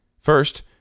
First